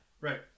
right